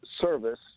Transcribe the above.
service